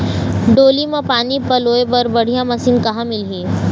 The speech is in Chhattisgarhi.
डोली म पानी पलोए बर बढ़िया मशीन कहां मिलही?